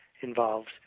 involves